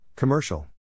Commercial